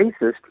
racist